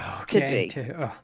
okay